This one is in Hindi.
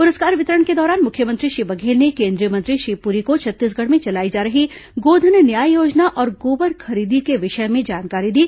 पुरस्कार वितरण के दौरान मुख्यमंत्री श्री बघेल ने केंद्रीय मंत्री श्री पुरी को छत्तीसगढ़ में चलाई जा रही गोधन न्याय योजना और गोबर खरीदी के विषय में जानकारी दी